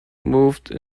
moved